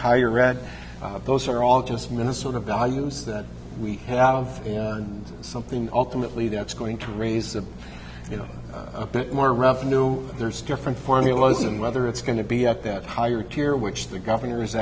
higher read those are all just minnesota values that we have learned something ultimately that's going to raise the you know a bit more revenue there's different formulas and whether it's going to be at that higher tier which the governor is